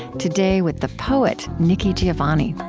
today, with the poet, nikki giovanni